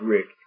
Rick